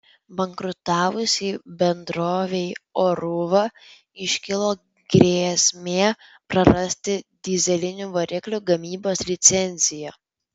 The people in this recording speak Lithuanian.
bankrutavusiai bendrovei oruva iškilo grėsmė prarasti dyzelinių variklių gamybos licenciją